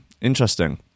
Interesting